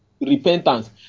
repentance